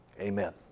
amen